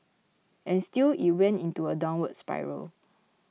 and still it went into a downward spiral